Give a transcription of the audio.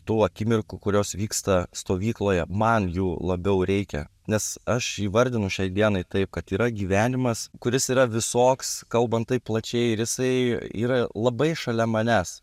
tų akimirkų kurios vyksta stovykloje man jų labiau reikia nes aš įvardinu šiai dienai taip kad yra gyvenimas kuris yra visoks kalbant taip plačiai ir jisai yra labai šalia manęs